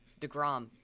DeGrom